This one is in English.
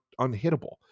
unhittable